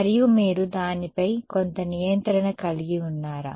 మరియు మీరు దానిపై కొంత నియంత్రణ కలిగి ఉన్నారా